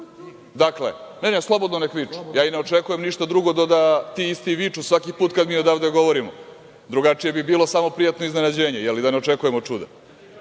ne, ne, neka slobodno viču, ja i ne očekujem ništa drugo do da ti isti viču svaki put kada mi odavde govorimo, drugačije bi bilo samo prijatno iznenađenje, ali da ne očekujemo čuda. Kada